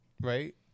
right